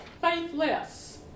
faithless